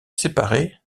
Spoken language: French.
séparée